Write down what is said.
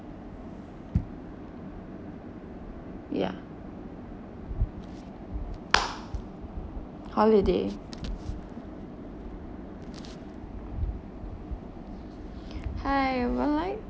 ya holiday hi I would like